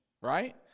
right